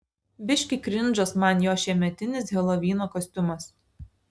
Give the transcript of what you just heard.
biškį krindžas man jo šiemetinis helovyno kostiumas